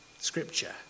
scripture